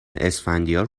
اسفندیار